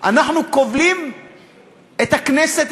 אנחנו כובלים את הכנסת,